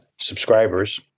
subscribers